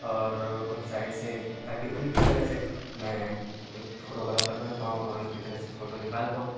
اور website سے تاکہ اُن کی طرح سے میں ایک فوٹو گرافر بن پاؤں اور اُن کی طرح سے فوٹو نکال پاؤں